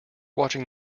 watching